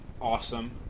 Awesome